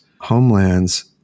homelands